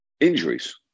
Injuries